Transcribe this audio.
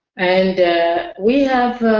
and we have